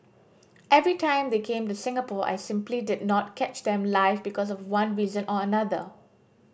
every time they came to Singapore I simply did not catch them live because of one reason or another